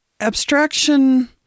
abstraction